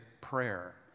prayer